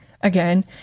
again